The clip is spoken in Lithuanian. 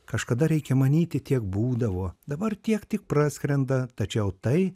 kažkada reikia manyti tiek būdavo dabar tiek tik praskrenda tačiau tai